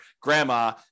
grandma